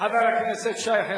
חבר הכנסת שי חרמש.